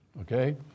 okay